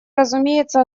разумеется